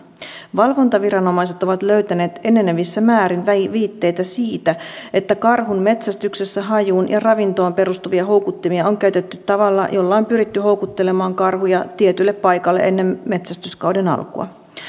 valvontaviranomaiset ovat löytäneet enenevissä määrin viitteitä siitä että karhun metsästyksessä hajuun ja ravintoon perustuvia houkuttumia on käytetty tavalla jolla on pyritty houkuttelemaan karhuja tietylle paikalle ennen metsästyskauden alkua